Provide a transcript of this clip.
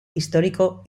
histórico